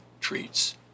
Treats